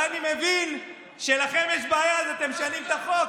ואני מבין שכשלכם יש בעיה, אתם משנים את החוק.